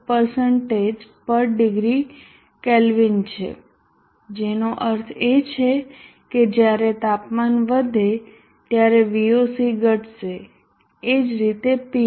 34 પર degree Kelvin છે જેનો અર્થ એ છે કે જ્યારે તાપમાન વધે ત્યારે Voc ઘટશે એ જ રીતે Pmax